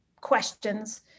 questions